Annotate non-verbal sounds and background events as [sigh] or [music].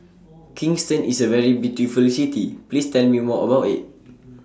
[noise] Kingston IS A very beautiful City Please Tell Me More about IT [noise]